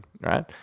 Right